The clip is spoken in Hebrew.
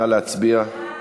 נא להצביע.